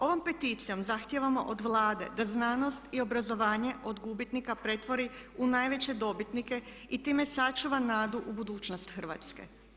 Ovom peticijom zahtijevamo od Vlade da znanost i obrazovanje od gubitnika pretvori u najveće dobitnike i time sačuva nadu u budućnost Hrvatske.